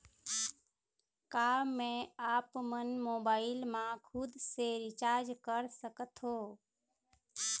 का मैं आपमन मोबाइल मा खुद से रिचार्ज कर सकथों?